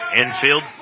Infield